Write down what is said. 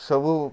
ସବୁ